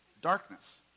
Darkness